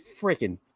freaking